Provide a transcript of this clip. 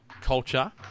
culture